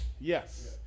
Yes